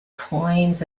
coins